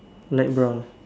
light brown